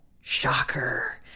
Shocker